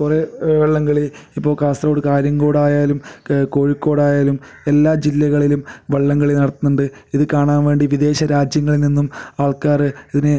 കുറേ വള്ളം കളി ഇപ്പോൾ കാസർഗോഡ് കാര്യങ്കോടായാലും കോഴിക്കോടായാലും എല്ലാ ജില്ലകളിലും വള്ളംകളി നടത്തുന്നുണ്ട് ഇത് കാണാൻ വേണ്ടി വിദേശ രാജ്യങ്ങളിൽ നിന്നും ആൾക്കാർ ഇതിന്